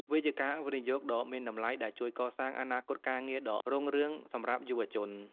វាជាការវិនិយោគដ៏មានតម្លៃដែលជួយកសាងអនាគតការងារដ៏រុងរឿងសម្រាប់យុវជន។